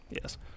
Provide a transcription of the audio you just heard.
Yes